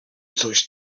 coś